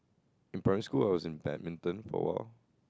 in primary school I was intend intend for a while